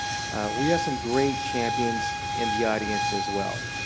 we have some great champions in the audience as well.